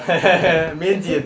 明天几点